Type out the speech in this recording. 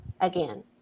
again